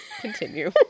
Continue